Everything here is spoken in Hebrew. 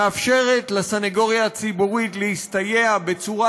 ומאפשרת לסנגוריה הציבורית להסתייע בצורה